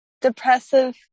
depressive